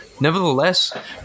Nevertheless